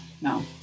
No